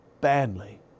badly